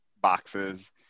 boxes